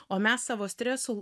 o mes savo stresų